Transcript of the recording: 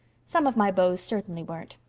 some of my beaux certainly weren't.